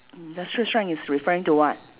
industrial strength is referring to what